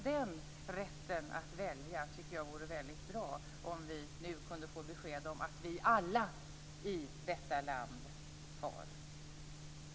Det vore väldigt bra om vi nu kunde få besked om att vi alla i detta land har denna rätt att välja.